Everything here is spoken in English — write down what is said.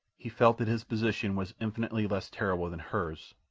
he felt that his position was infinitely less terrible than hers,